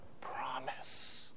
promise